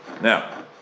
Now